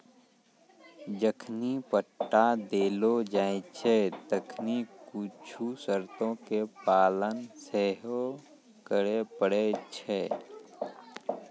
जखनि पट्टा देलो जाय छै तखनि कुछु शर्तो के पालन सेहो करै पड़ै छै